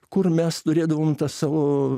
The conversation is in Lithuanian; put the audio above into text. kur mes turėdavom tą savo